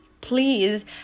please